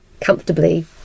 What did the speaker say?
comfortably